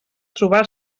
trobar